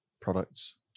products